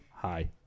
hi